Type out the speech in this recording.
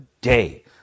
day